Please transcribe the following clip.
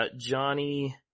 Johnny